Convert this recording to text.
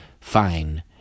Fine